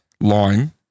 line-